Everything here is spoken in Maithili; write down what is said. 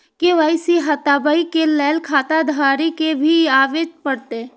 के.वाई.सी हटाबै के लैल खाता धारी के भी आबे परतै?